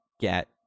get